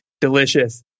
delicious